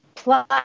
plus